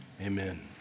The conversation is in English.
amen